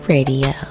Radio